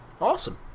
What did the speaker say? awesome